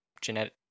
genetic